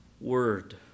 word